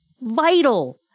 vital